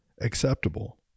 acceptable